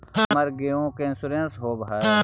हमर गेयो के इंश्योरेंस होव है?